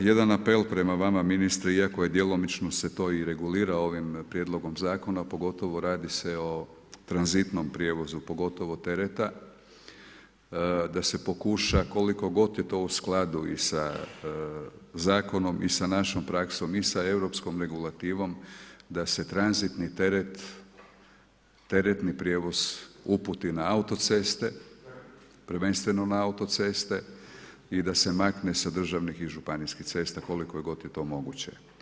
Jedan apel, prema vama ministre, iako djelomično se to regulira ovim prijedlogom zakonom, pogotovo radi se o tranzitnom prijevozu, pogotovo tereta, da se pokuša, koliko god je to u skladu i sa zakonom i sa našom praksom i sa europskom regulativom, da se tranzitni teret, teretni prijevoz uputi na autoceste, prvenstveno na autoceste i da se makne sa državnih i županijskih cesta, koliko god je to moguće.